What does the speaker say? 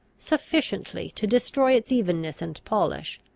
sufficiently to destroy its evenness and polish,